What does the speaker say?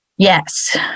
Yes